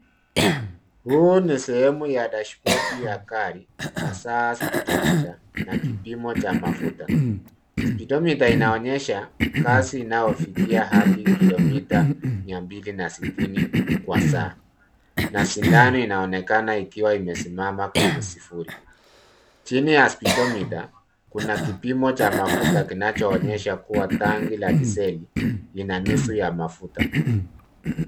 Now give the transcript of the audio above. Huu ni sehemu ya dashbodi ya gari, hasaa speedometer na kipimo cha mafuta. Speedometer inaonyesha kasi inayofikia hadi kilometre mia mbili na sitini kwa saa na sindano inaonekana ikiwa imesimama kwenye sufuri. Chini ya speedometer , kuna kipimo cha mafuta kinachoonyesha kuwa tanki la dizeli lina nusu ya mafuta.